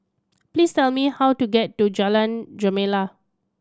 please tell me how to get to Jalan Gemala